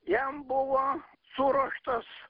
jam buvo suruoštos